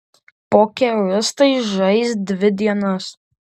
pokeristai žais dvi dienas